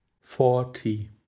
forty